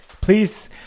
Please